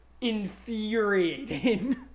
infuriating